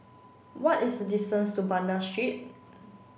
what is the distance to Banda Street